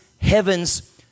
heaven's